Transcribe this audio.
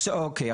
אוקיי.